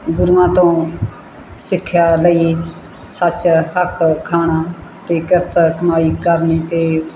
ਗੁਰੂਆਂ ਤੋਂ ਸਿੱਖਿਆ ਲਈ ਸੱਚ ਹੱਕ ਖਾਣਾ ਅਤੇ ਕਿਰਤ ਕਮਾਈ ਕਰਨੀ ਅਤੇ